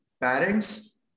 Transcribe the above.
Parents